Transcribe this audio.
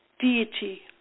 Deity